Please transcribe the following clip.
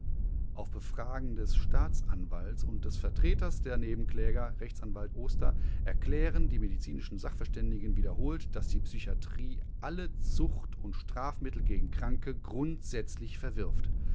auf befragen des staatsanwalts und des vertreters der nebenkläger rechtsanwalt oster erklären die medizinischen sachverständigen wiederholt daß die psychiatrie alle zucht und strafmittel gegen kranke grundsätzlich verwirft